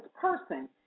person